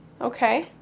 Okay